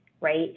right